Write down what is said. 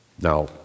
Now